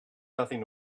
nothing